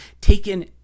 taken